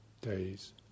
Days